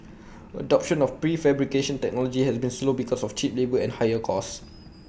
adoption of prefabrication technology has been slow because of cheap labour and higher cost